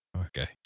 Okay